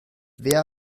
wer